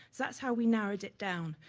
so that's how we narrowed it down,